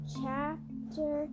chapter